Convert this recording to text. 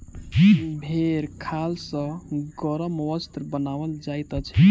भेंड़क खाल सॅ गरम वस्त्र बनाओल जाइत अछि